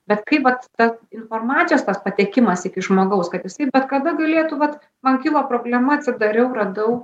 bet kaip vat ta informacijos tas patekimas iki žmogaus kad jisai bet kada galėtų vat man kilo problema atsidariau radau